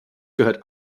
gehört